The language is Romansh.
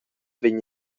vegn